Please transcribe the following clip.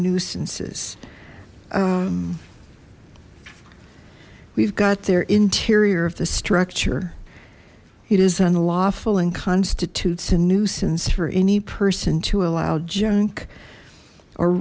nuisances music we've got there interior of the structure it is unlawful and constitutes a nuisance for any person to allow junk or